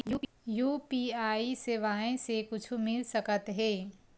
UPI सेवाएं से कुछु मिल सकत हे?